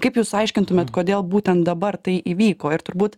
kaip jūs aiškintumėt kodėl būtent dabar tai įvyko ir turbūt